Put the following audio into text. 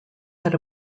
had